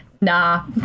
Nah